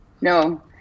no